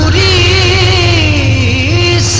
a